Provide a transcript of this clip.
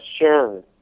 Sure